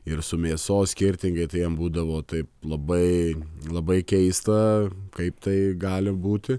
ir su mėsos skirtingai tai jam būdavo taip labai labai keista kaip tai gali būti